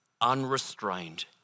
unrestrained